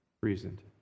reasoned